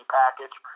package